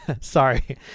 Sorry